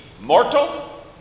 mortal